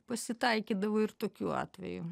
pasitaikydavo ir tokių atvejų